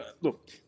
look